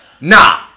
nah